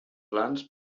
plans